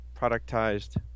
productized